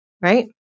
right